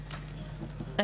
במערך.